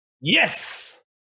Yes